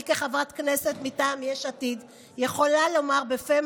אני כחברת כנסת מטעם יש עתיד יכולה לומר בפה